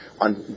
on